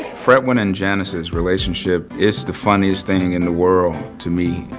fredwynn and janice's relationship, it's the funniest thing in the world to me.